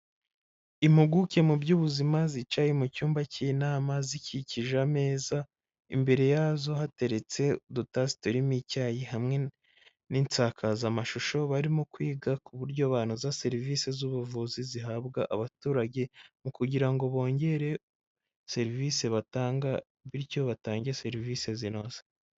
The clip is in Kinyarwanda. Impuguke mu by'ubuzima zicaye mu cyumba cy'inama, zikikije ameza, imbere yazo hateretse udutasi turimo icyayi n'isakazamashusho, barimo kwiga ku buryo banoza serivise z'ubuvuzi zihabwa abaturage, mu kugira ngo bongere serivise batanga bityo batange serivise zinoze.